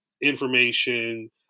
information